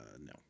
No